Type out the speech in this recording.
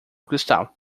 cristal